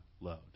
load